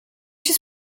się